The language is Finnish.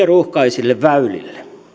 ruuhkaisille väylille